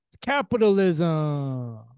capitalism